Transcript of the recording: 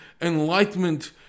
enlightenment